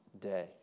day